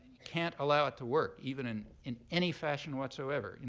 can't allow it to work, even in in any fashion whatsoever.